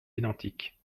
identiques